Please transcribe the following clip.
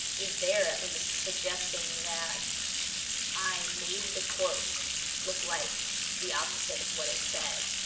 is there, at least suggesting that i made the quote look like the opposite of what it said.